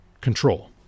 control